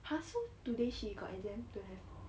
!huh! so today she got exam don't have